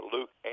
Luke